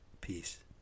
Peace